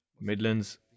Midlands